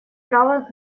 право